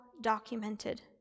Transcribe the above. documented